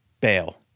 bail